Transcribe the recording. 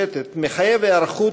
מס' 5960,